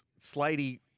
Sladey